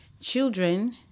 children